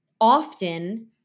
often